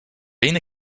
been